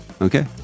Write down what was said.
Okay